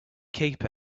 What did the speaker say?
keep